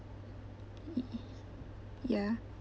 ya